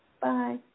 Bye